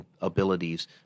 abilities